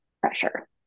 pressure